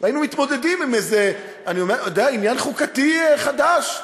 והיינו מתמודדים עם איזה עניין חוקתי חדש.